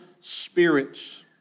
spirits